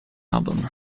album